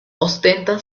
ostenta